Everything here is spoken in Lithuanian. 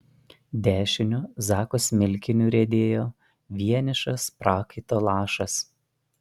dešiniu zako smilkiniu riedėjo vienišas prakaito lašas